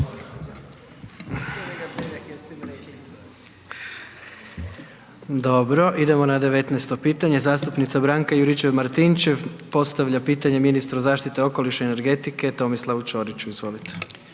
Dobro, idemo na 19-esto pitanje, zastupnica Branka Juričev-Martinčev postavlja pitanje ministru zaštite okoliša i energetike Tomislavu Ćoriću, izvolite.